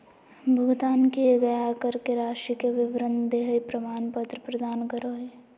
भुगतान किए गए आयकर के राशि के विवरण देहइ प्रमाण पत्र प्रदान करो हइ